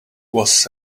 was